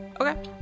Okay